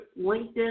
LinkedIn